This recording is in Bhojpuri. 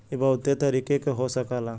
इ बहुते तरीके क हो सकला